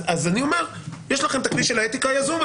יש לכם את הכלי של האתיקה היזום,